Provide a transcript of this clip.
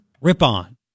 Ripon